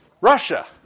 Russia